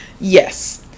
Yes